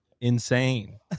insane